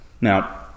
Now